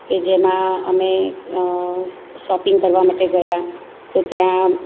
કે જેમાં અમે શોપીંગ કરવા માટે ગયા તો ત્યાં